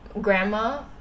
grandma